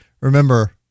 remember